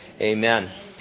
Amen